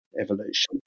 evolution